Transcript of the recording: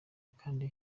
kandi